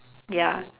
ya